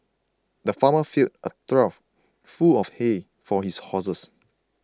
the farmer filled a trough full of hay for his horses